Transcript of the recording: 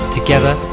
Together